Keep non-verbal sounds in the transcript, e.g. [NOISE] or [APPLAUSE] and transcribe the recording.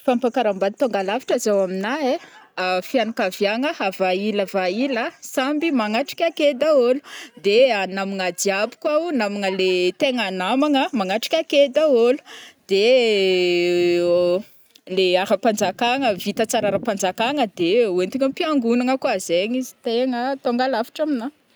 Fampankarambady tonga lafatra zao amina ai, [HESITATION] fiagnakaviagna availa availa samby magnatrika ake daholy de namagna jiaby ko, namagna le tegna namagna magnatrika ake daholy de [HESITATION] le ara-panjakana vita tsara ara-panjakana de hoentina am-piangonagna koa zegny izy tena le tonga lafatra amina.